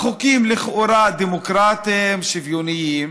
החוקים לכאורה דמוקרטיים, שוויוניים,